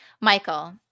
Michael